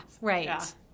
Right